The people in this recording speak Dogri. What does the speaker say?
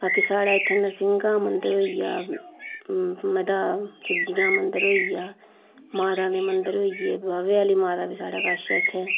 बाकी साढ़े इत्थे नरसिंगा दा मंदर होई गेआ मता चीची दा मंदर होई गेआ माता दे मंदर होई गे बाबे आह्ली माता बी साढ़े कश ऐ इत्थें